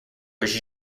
was